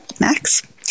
Max